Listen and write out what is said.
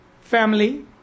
family